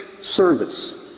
service